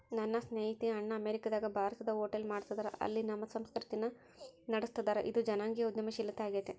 ನನ್ನ ಸ್ನೇಹಿತೆಯ ಅಣ್ಣ ಅಮೇರಿಕಾದಗ ಭಾರತದ ಹೋಟೆಲ್ ಮಾಡ್ತದರ, ಅಲ್ಲಿ ನಮ್ಮ ಸಂಸ್ಕೃತಿನ ನಡುಸ್ತದರ, ಇದು ಜನಾಂಗೀಯ ಉದ್ಯಮಶೀಲ ಆಗೆತೆ